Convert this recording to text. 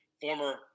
former